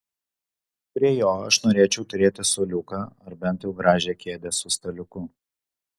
prie jo aš norėčiau turėti suoliuką ar bent jau gražią kėdę su staliuku